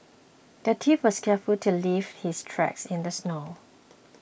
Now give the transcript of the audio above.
the thief was careful to leave his tracks in the snow